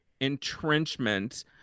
entrenchment